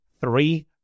Three